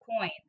coin